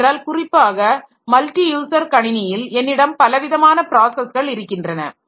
ஏனென்றால் குறிப்பாக multi user கணினியில் என்னிடம் பலவிதமான ப்ராஸஸ்கள் இருக்கின்றன